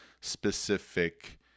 specific